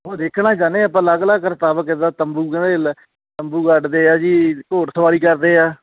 ਉਹ ਦੇਖਣਾ ਚਾਹੁੰਦੇ ਆਪਾਂ ਅਲੱਗ ਅਲੱਗ ਕਰਤੱਵ ਕਿੱਦਾਂ ਤੰਬੂ ਕਹਿੰਦੇ ਜੀ ਲੈ ਤੰਬੂ ਗੱਡ ਦੇ ਆ ਜੀ ਘੋੜਸਵਾਰੀ ਕਰਦੇ ਆ